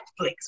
Netflix